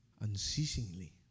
unceasingly